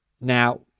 Now